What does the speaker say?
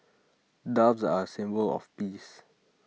doves are A symbol of peace